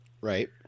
Right